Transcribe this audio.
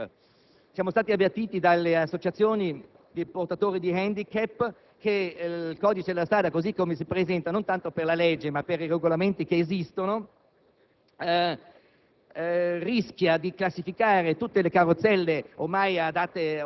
l'uso delle carrozzelle per i portatori di *handicap*. Siamo stati avvertiti dalle associazioni di portatori di *handicap* che il codice della strada, così come si presenta, non tanto per la legge in sé ma per i regolamenti che ne sono